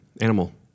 Animal